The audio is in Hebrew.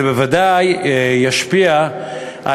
זה בוודאי ישפיע על